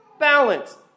balance